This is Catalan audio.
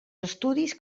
estudis